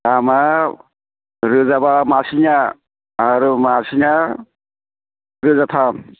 दामा रोजाबा मासेनिया आरो मासेना रोजाथाम